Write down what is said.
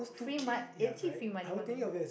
free mo~ actually free money for me